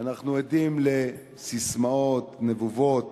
אנחנו עדים לססמאות נבובות